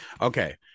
okay